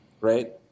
right